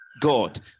God